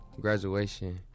graduation—